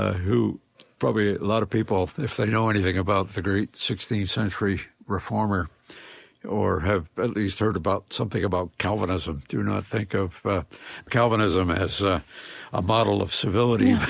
who probably a lot of people, if they know anything about the great sixteenth century reformer or have at least heard something about calvinism, do not think of calvinism as ah a model of civility.